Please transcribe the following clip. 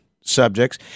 subjects